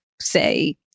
say